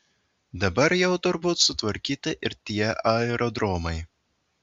dabar jau turbūt sutvarkyti ir tie aerodromai